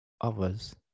others